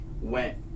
went